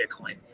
Bitcoin